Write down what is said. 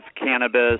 cannabis